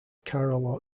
chiral